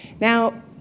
Now